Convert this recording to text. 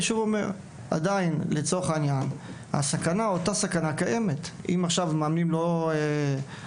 אני שוב אומר: הסכנה שמאמנים לא ישתלמו